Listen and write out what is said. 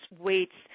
weights